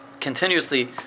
continuously